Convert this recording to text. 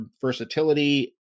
versatility